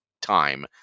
time